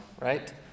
right